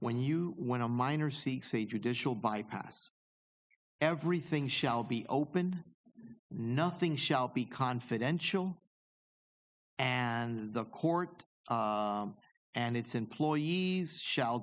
when you want a minor seeks a judicial bypass everything shall be open nothing shall be confidential and the court and its employees shall